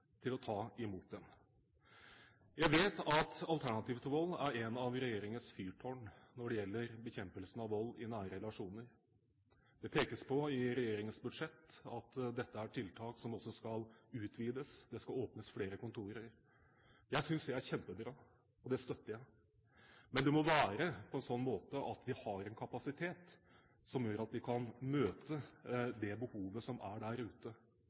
til å ta imot dem. Jeg vet at Alternativ til Vold er et av regjeringens fyrtårn når det gjelder bekjempelse av vold i nære relasjoner. Det pekes på i regjeringens budsjett at dette er tiltak som også skal utvides; det skal åpnes flere kontorer. Jeg synes det er kjempebra, og det støtter jeg, men det må være på en sånn måte at vi har en kapasitet som gjør at vi kan møte det behovet som er der ute.